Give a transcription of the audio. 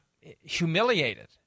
humiliated